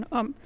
om